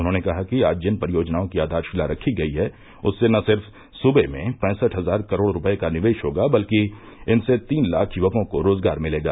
उन्होंने कहा कि आज जिन परियोजनाओं की आधारशिला रखी गयी है उससे न सिर्फ सूर्वे में पैसठ हज़ार करोड़ रूपये का निवेश होगा बल्कि इनसे तीन लाख युवकों को रोज़गार मिलेगा